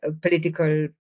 political